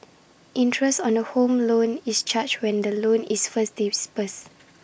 interest on A home loan is charged when the loan is first disbursed